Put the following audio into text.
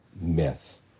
myth